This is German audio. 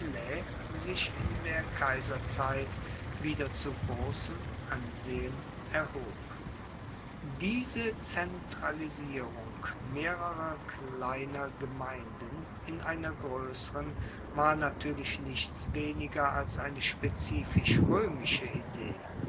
roemern in das plebejat genoetigten gemeinden latiums diese zentralisierung mehrerer kleiner gemeinden in einer groesseren war natuerlich nichts weniger als eine spezifisch roemische idee